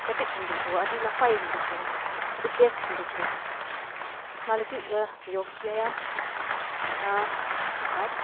ᱠᱮᱴᱮᱡᱽ ᱤᱧ ᱵᱩᱡᱷᱟᱹᱣᱟ ᱟᱹᱰᱤ ᱱᱟᱯᱟᱭᱤᱧ ᱵᱩᱡᱷᱟᱹᱣᱟ ᱟᱹᱰᱤ ᱵᱮᱥᱤᱧ ᱵᱩᱡᱷᱟᱹᱣᱟ ᱚᱱᱟ ᱞᱟᱹᱜᱤᱫ ᱡᱳᱜᱽ ᱵᱮᱭᱟᱢ ᱟᱨ